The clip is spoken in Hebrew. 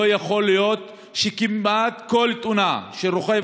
לא יכול להיות שכמעט כל תאונה של רוכב